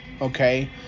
okay